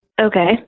Okay